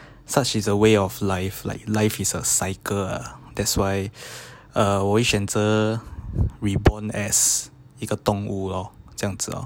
such is a way of life like life is a cycle ah that's why ah 我会选择 reborn as 一个动物 lor 这样子 oh